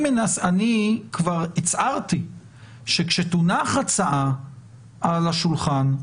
הצהרתי שכשתונח הצעה על השולחן,